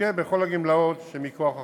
ותזכה בכל הגמלאות שמכוח החוק.